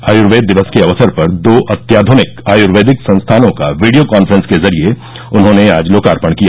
आयुर्वेद दिवस के अवसर पर दो अत्याधुनिक आयुर्वेदिक संस्थानों का वीडियो काफ्रेंस के जरिए उन्होंने आज लोकर्पण किया